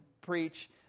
preach